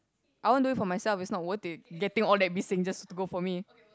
I won't do it for myself is not worth it getting all that bising just to go for me